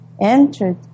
entered